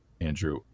Andrew